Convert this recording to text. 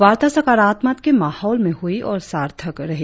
वार्ता सकारात्मक के माहौल में हुई और सार्थक रही